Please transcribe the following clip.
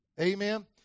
Amen